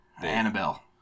Annabelle